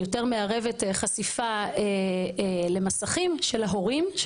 שהיא יותר מערבת חשיפה למסכים של ההורים,